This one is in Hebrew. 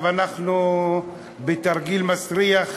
אז עכשיו אנחנו בתרגיל מסריח,